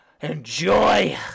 Enjoy